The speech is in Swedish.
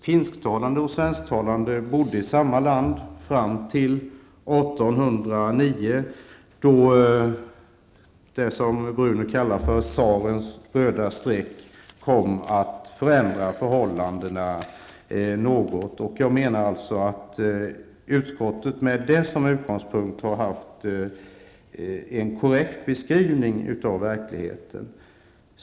Finsktalande och svensktalande bodde i samma land fram till 1809, då det som Bruno Poromaa kallar för tsarens röda streck kom att förändra förhållandena något. Med det som utgångspunkt har utskottet haft en korrekt beskrivning av verkligheten.